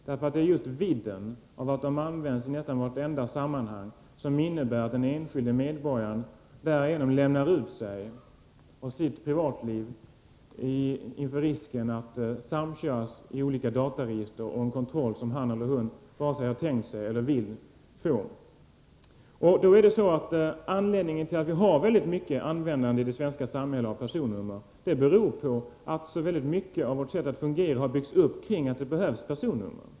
Det är just användandets vidd — att personnumren utnyttjas i nästan vartenda sammanhang — som innebär att den enskilde medborgaren lämnar ut sig och sitt privatliv, med risk att bli föremål för samkörning i olika dataregister och en kontroll som han eller hon varken har tänkt sig eller vill bli utsatt för. Anledningen till att vi i det svenska samhället använder personnummer i så stor utsträckning är att mycket av vårt sätt att fungera har byggts upp på att det behövs personnummer.